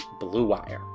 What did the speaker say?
BlueWire